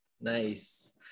Nice